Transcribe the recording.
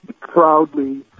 proudly